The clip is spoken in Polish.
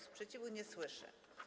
Sprzeciwu nie słyszę.